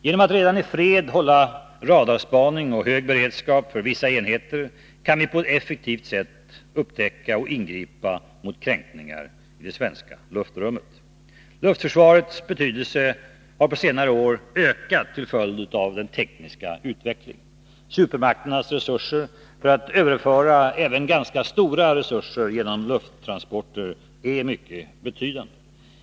Genom att redan i fred hålla radarspaning och hög beredskap för vissa enheter kan vi på ett effektivt sätt upptäcka och ingripa mot kränkningar i det svenska luftrummet. Luftförsvarets betydelse har på senare år ökat till följd av den tekniska utvecklingen. Supermakternas resurser för att överföra även ganska stora resurser genom lufttransporter är mycket betydande.